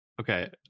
Okay